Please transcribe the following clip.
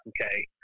okay